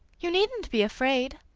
you needn't be afraid.